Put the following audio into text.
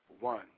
One